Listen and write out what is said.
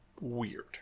weird